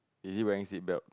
is it wearing seatbelt